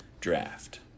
draft